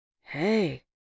Hey